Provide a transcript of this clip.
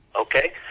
okay